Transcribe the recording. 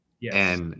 Yes